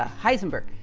ah heisenberg,